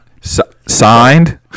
Signed